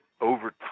over